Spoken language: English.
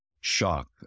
shock